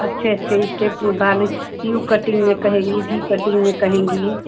अच्छे अच्छे इस्टेप में बाले यू कटिंग में कहनी भी कटिंग में कहेंगी